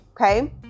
okay